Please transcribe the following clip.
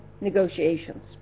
negotiations